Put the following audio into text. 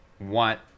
want